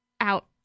Out